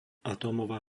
atómová